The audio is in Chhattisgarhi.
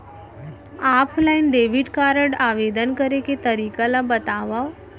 ऑफलाइन डेबिट कारड आवेदन करे के तरीका ल बतावव?